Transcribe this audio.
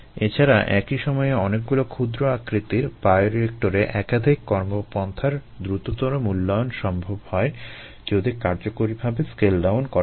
এছাড়া একই সময়ে অনেকগুলো ক্ষুদ্র আকৃতির বায়োরিয়েক্টরে একাধিক কর্মপন্থার দ্রুততর মূল্যায়ন সম্ভব হয় যদি কার্যকরীভাবে স্কেল ডাউন করা হয়